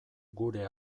gure